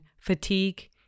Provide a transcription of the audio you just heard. fatigue